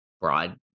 broad